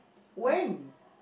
when